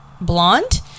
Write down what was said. blonde